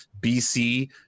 BC